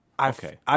Okay